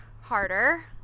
harder